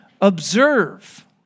Observe